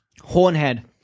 Hornhead